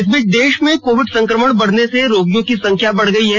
इस बीच देश में कोविड संक्रमण बढने से रोगियों की संख्या बढ गई है